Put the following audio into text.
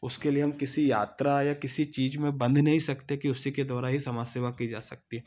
उसके लिए हम किसी यात्रा या किसी चीज में बंध नहीं सकते कि उसी के द्वारा ही समाज सेवा की जा सकती है